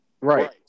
right